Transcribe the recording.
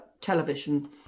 television